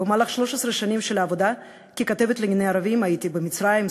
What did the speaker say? במהלך 13 שנים של עבודה ככתבת לענייני ערבים הייתי במצרים,